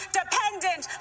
dependent